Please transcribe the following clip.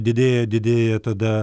didėja didėja tada